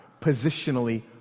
Positionally